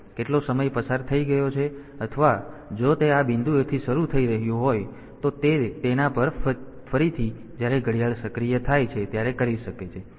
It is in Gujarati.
તેથી કેટલો સમય પસાર થઈ ગયો છે અથવા જો તે આ બિંદુએથી શરૂ થઈ રહ્યું હોય તો તે તેના પછી ફરીથી જ્યારે ઘડિયાળ સક્રિય થાય છે ત્યારે કરી શકે છે